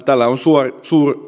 tällä on